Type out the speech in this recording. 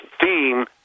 theme